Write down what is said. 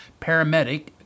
paramedic